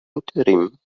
interim